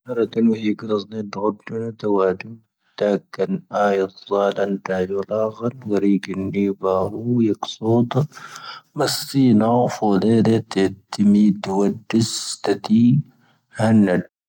ʻʻⵔⴻⵜⵉⵍ ⵡⴻ ⵀⵉⵇⵔⴻⵙⵏⴻ ʻⴷʻoⵜⵔⴻⵜ ʻⵡⴰⴷⵓ ʻⵜⴻⴽⴻⵏ ʻⴰⵢⵔ ʻⵣⴰⴷ ʻⴰⵏⴷⴰⵢⵔ ʻⵍāⵇⵔ ʻⵡⴻⵔⴻⴻⴽⵉⵏ ʻⵉⵡⴱⴰⵀⵓ ʻⵢⴻⵇⵙoⵜⵔ ʻⵎⴻⵙⵙⵉ ʻⵏⴰⵡⴼⴻⵍ ʻⴻⵀⵜⵉ ʻⵜⵉⵎⵉ ʻⴷʻⵉʃⵜⴰⵜⵉ ʻⵀⴻⵏⴻⵜ ʻⵜʻⵉʃⵜⴻⵜ ʻⵜʻⵉʃⵜⴻⵜ ʻⵜʻⵉʃⵜⴻⵜ ʻⵜʻⵉʃⵜⴻⵜ ʻⵜʻⵉʃⵜⴻⵜ ʻⵜʻⵉʃⵜⴻⵜ ʻⵉʃⵜⴻⵜ ʻⵉʃⵜⴻⵜ �.